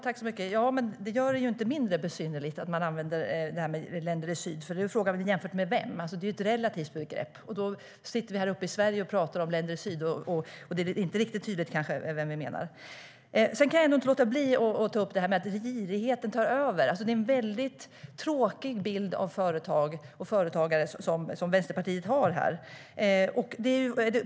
Herr ålderspresident! Det gör det inte mindre besynnerligt att man använder begreppet länder i syd. Frågan är: Jämfört med vem? Det är ju ett relativt begrepp. Om vi sitter häruppe i Sverige och talar om länder i syd är det kanske inte helt tydligt vilka länder vi menar. Sedan kan jag inte låta bli att ta upp detta att girigheten tar över. Det är en väldigt tråkig bild av företag och företagare som Vänsterpartiet har här.